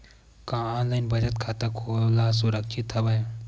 का ऑनलाइन बचत खाता खोला सुरक्षित हवय?